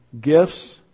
gifts